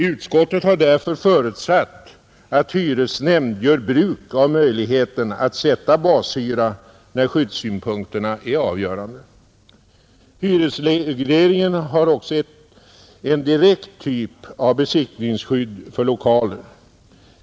Utskottet har därför förutsatt att hyresnämnd gör bruk av möjligheten att sätta bashyra när skyddssynpunkterna är avgörande. Hyresregleringen har också en direkt typ av besittningsskydd för lokaler.